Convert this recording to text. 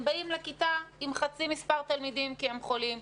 הם באים לכיתה עם חצי מספר תלמידים כי הם חולים,